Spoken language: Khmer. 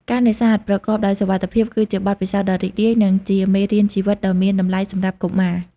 ការនេសាទប្រកបដោយសុវត្ថិភាព គឺជាបទពិសោធន៍ដ៏រីករាយ និងជាមេរៀនជីវិតដ៏មានតម្លៃសម្រាប់កុមារ។